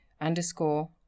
underscore